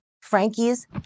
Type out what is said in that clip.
Frankie's